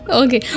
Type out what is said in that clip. okay